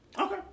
Okay